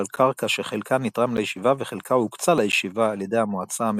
על קרקע שחלקה נתרם לישיבה וחלקה הוקצה לישיבה על ידי המועצה המקומית.